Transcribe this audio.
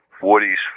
woody's